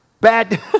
Bad